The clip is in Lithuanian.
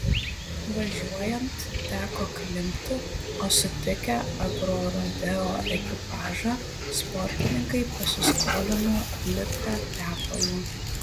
važiuojant teko klimpti o sutikę agrorodeo ekipažą sportininkai pasiskolino litrą tepalo